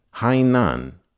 Hainan